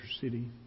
City